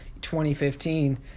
2015